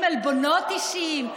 עם עלבונות אישיים.